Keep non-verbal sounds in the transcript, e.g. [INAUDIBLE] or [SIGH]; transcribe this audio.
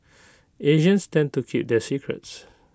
[NOISE] Asians tend to keep their secrets